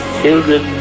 children